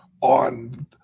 on